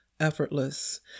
effortless